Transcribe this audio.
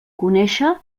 conéixer